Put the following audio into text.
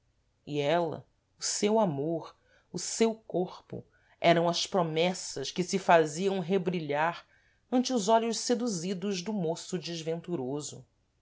e ela o seu amor o seu corpo eram as promessas que se faziam rebrilhar ante os olhos seduzidos do môço desventuroso